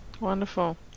Wonderful